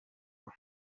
ball